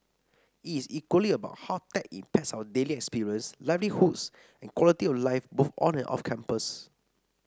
it is equally about how tech impacts our daily experience livelihoods and quality of life both on and off campus